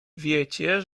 wiecie